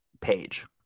page